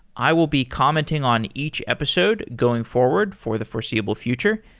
i will be commenting on each episode going forward for the foreseeable future.